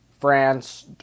France